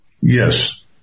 Yes